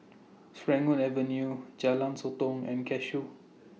Serangoon Avenue Jalan Sotong and Cashew